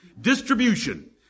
Distribution